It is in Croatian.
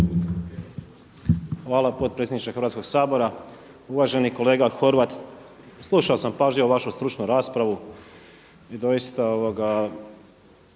Hvala potpredsjedniče Hrvatskog sabora. Uvaženi kolega Horvat, slušao sam pažljivo vašu stručnu raspravu i doista mogu